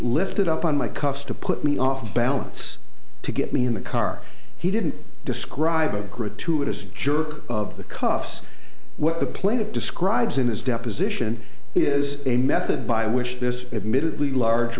lifted up on my cuffs to put me off balance to get me in the car he didn't describe a gratuitous jerk of the cuffs what the planet describes in his deposition is a method by which this admittedly large